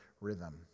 rhythm